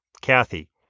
Kathy